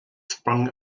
sprung